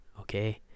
okay